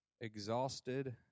exhausted